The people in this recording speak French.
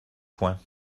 point